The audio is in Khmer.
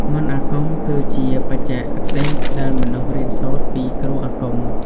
មន្តអាគមគឺជាបច្ចេកទេសដែលមនុស្សរៀនសូត្រពីគ្រូមន្តអាគម។